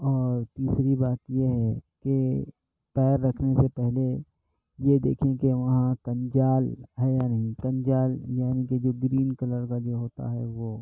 اور تیسری بات یہ ہے کہ پیر رکھنے سے پہلے یہ دیکھیں کہ وہاں کنجال ہے یا نہیں کنجال یعنی کہ جو گرین کلر کا جو ہوتا ہے وہ